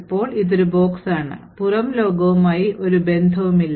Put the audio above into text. ഇപ്പോൾ ഇതൊരു ബോക്സാണ് പുറം ലോകവുമായി ഒരു ബന്ധവുമില്ല